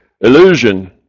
illusion